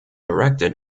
erected